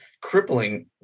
crippling